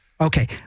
Okay